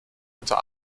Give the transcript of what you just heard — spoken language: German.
unter